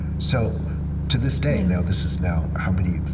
so to this day now, this is now, how many,